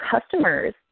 customers